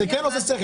בסדר?